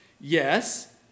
Yes